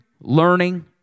learning